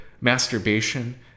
masturbation